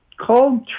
called